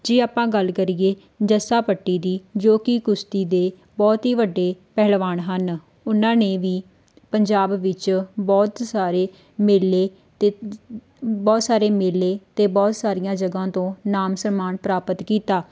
ਜੇ ਆਪਾਂ ਗੱਲ ਕਰੀਏ ਜੱਸਾ ਭੱਟੀ ਦੀ ਜੋ ਕਿ ਕੁਸ਼ਤੀ ਦੇ ਬਹੁਤ ਹੀ ਵੱਡੇ ਪਹਿਲਵਾਨ ਹਨ ਉਹਨਾਂ ਨੇ ਵੀ ਪੰਜਾਬ ਵਿੱਚ ਬਹੁਤ ਸਾਰੇ ਮੇਲੇ ਅਤੇ ਬਹੁਤ ਸਾਰੇ ਮੇਲੇ ਅਤੇ ਬਹੁਤ ਸਾਰੀਆਂ ਜਗ੍ਹਾ ਤੋਂ ਨਾਮ ਸਨਮਾਨ ਪ੍ਰਾਪਤ ਕੀਤਾ